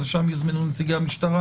ולשם יוזמנו נציגי המשטרה